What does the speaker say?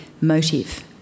motive